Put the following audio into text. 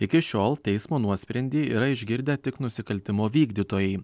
iki šiol teismo nuosprendį yra išgirdę tik nusikaltimo vykdytojai